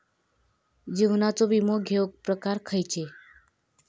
जीवनाचो विमो घेऊक प्रकार खैचे?